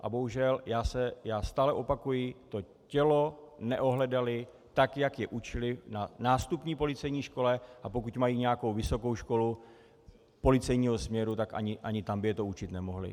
A bohužel, já stále opakuji, to tělo neohledali tak, jak je učili na nástupní policejní škole, a pokud mají nějakou vysokou školu policejního směru, tak ani tam je to učit nemohli.